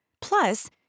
Plus